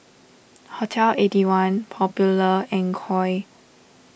Hotel Eighty One Popular and Koi